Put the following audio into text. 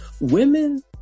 Women